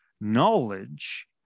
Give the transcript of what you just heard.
knowledge